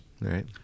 right